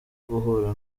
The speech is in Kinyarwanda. guhura